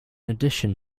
addition